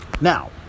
now